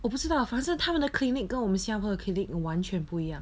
我不知道反正他们的 clinic 跟我们新加坡的 clinic 完全不一样